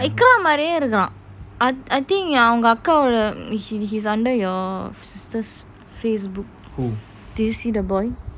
விக்ரம் மாறியே திருக்குரான்:vikram maariyae irukuran I think அவங்க அக்கா ஓடிய:avanga akka oodiya he he is under your sister's facebook did you see the boy